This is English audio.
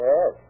Yes